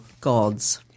gods